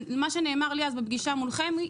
מה שנאמר לי אז בפגישה מולכם,